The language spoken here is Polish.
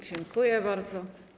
Dziękuję bardzo.